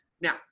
Now